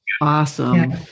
awesome